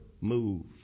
move